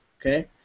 Okay